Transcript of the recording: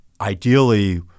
ideally